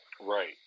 right